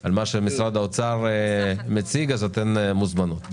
על מה שמשרד האוצר מציג, אתן מוזמנות להעיר אותן.